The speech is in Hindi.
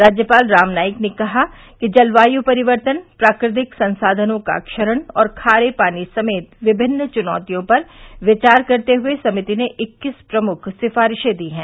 राज्यपाल राम नाईक ने कहा कि जलवायु परिवर्तन प्राकृतिक संसाधनों का क्षरण और खारे पानी समेत विभिन्न चुनौतियों पर विचार करते हुए समिति ने इक्कीस प्रमुख सिफारिशें दी हैं